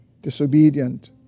disobedient